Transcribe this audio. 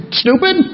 stupid